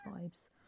vibes